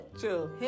Chill